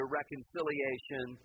reconciliation